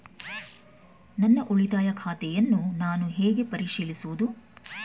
ನನ್ನ ಉಳಿತಾಯ ಖಾತೆಯನ್ನು ನಾನು ಹೇಗೆ ಪರಿಶೀಲಿಸುವುದು?